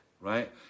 right